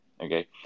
Okay